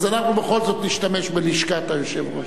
אז אנחנו, בכל זאת, נשתמש בלשכת היושב-ראש.